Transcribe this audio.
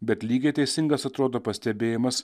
bet lygiai teisingas atrodo pastebėjimas